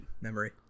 Memory